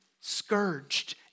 scourged